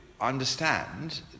understand